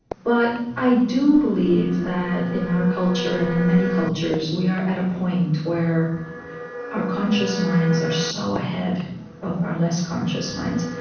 but i do believe that, in our culture and in many cultures, we are at a point where our conscious minds are so ahead of our less conscious minds.